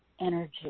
energy